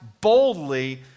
boldly